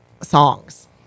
songs